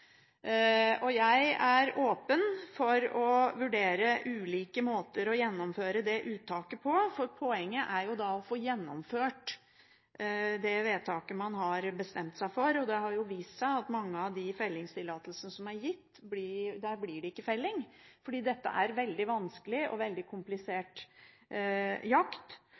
Jeg er åpen for å vurdere ulike måter å gjennomføre det uttaket på, for poenget er jo å få gjennomført det vedtaket man har bestemt seg for. Det har jo vist seg at i mange av fellingstillatelsene som er gitt, blir det ikke felling fordi dette er en veldig vanskelig og veldig komplisert jakt.